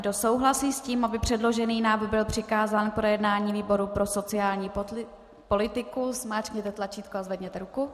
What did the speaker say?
Kdo souhlasí s tím, aby předložený návrh byl přikázán k projednání výboru pro sociální politiku, zmáčkněte tlačítko a zvedněte ruku.